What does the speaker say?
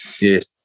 Yes